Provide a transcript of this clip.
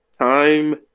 Time